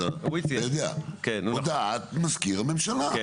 אתה יודע הודעת מזכיר הממשלה,